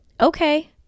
okay